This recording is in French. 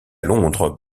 londres